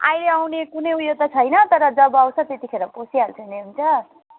अहिले आउने कुनै उयो त छैन तर जब आउँछु त्यतिखेर पसिहाल्छु नि हुन्छ